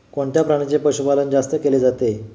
कोणत्या प्राण्याचे पशुपालन जास्त केले जाते?